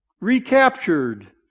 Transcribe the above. recaptured